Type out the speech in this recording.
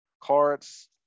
cards